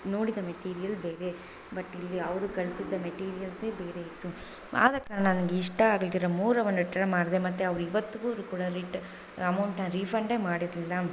ನೋಡಿದ ಮೆಟೀರಿಯಲ್ ಬೇರೆ ಬಟ್ ಇಲ್ಲಿ ಅವರು ಕಳಿಸಿದ್ದ ಮೆಟೀರಿಯಲ್ಸೆ ಬೇರೆ ಇತ್ತು ಆದ ಕಾರಣ ನನಗೆ ಇಷ್ಟ ಆಗಲ್ದಿರೋ ಮೂರನ್ನು ರಿಟ್ರ್ ಮಾಡಿದೆ ಮತ್ತು ಅವ್ರು ಇವತ್ಗೂ ಕೂಡ ರಿಟ್ ಅಮೌಂಟ್ನ ರೀಫಂಡೇ ಮಾಡಿರಲಿಲ್ಲ